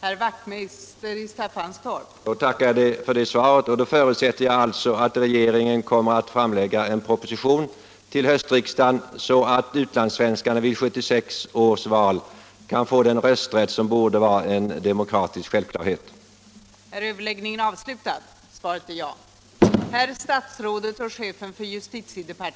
Fru talman! Då tackar jag för det svaret och förutsätter alltså att regeringen kommer att framlägga en proposition till höstriksdagen så att utlandssvenskarna vid 1976 års val kan få den rösträtt som borde vara en demokratisk självklarhet.